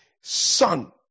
son